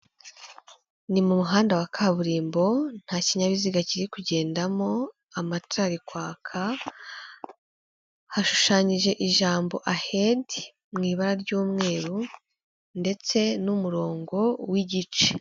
Ni mu muhanda wa kaburimbo nta kinyabiziga kiri kugendamo, amatara ari kwaka, hashushanyije ijambo ahedi mu ibara ry'umweru ndetse n'umurongo w'igice.